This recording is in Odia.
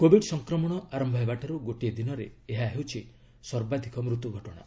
କୋବିଡ ସଂକ୍ରମଣ ଆରମ୍ଭ ହେବାଠାରୁ ଗୋଟିଏ ଦିନରେ ଏହା ହେଉଛି ସର୍ବାଧିକ ମୃତ୍ୟୁ ଘଟଣା